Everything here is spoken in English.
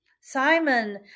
Simon